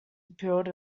appealed